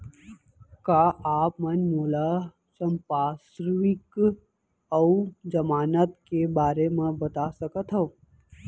का आप मन मोला संपार्श्र्विक अऊ जमानत के बारे म बता सकथव?